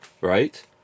right